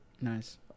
Nice